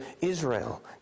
Israel